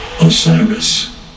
Osiris